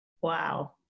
Wow